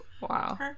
wow